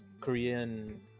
Korean